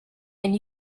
and